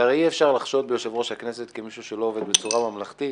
ואי אפשר לחשוד ביושב-ראש הכנסת כמישהו שלא עובד בצורה ממלכתית,